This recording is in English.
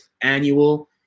annual